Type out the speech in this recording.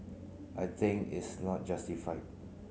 I think is not justified